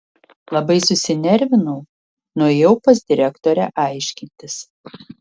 labai susinervinau nuėjau pas direktorę aiškintis